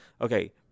Okay